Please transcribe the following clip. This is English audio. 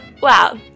Wow